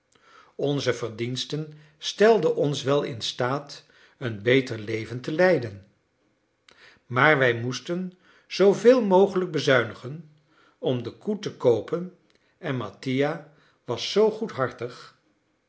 onze verdiensten stelden ons wel instaat een beter leven te leiden maar wij moesten zooveel mogelijk bezuinigen om de koe te koopen en mattia was zoo